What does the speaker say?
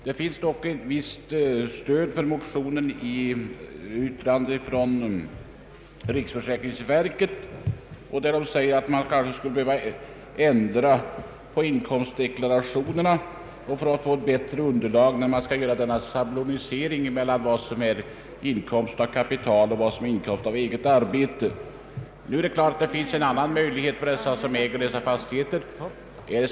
Det finns dock ett visst stöd för motionerna i yttrandet från riksförsäkringsverket, som säger att man kanske skulle behöva ändra på inkomstdeklarationerna för att få ett bättre underlag för en schablonisering för avvägningen mellan vad som är inkomst av kapital och vad som är inkomst av eget arbete. Det är klart att det finns en annan möjlighet för dessa fastighetsägare.